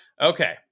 Okay